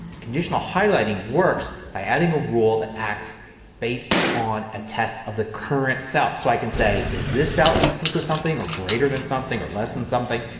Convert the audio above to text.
conditional highlighting works by adding a rule that acts based a test of the current cell. so i can say is the cell equal to something or greater than something or less than something.